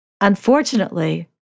Unfortunately